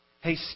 Hey